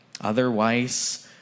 Otherwise